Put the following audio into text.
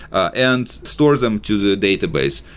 and stores them to the database.